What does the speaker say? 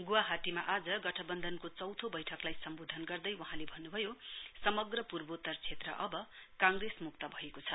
ग्वाहाटीमा आज गठनबन्धनको चौथो बैठकलाई सम्बोधन गर्दै वहाँले भन्नुभयो समग्र पूर्वोतर क्षेत्र अब काँग्रेसम्क्त भएको छ